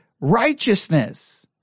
righteousness